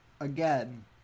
Again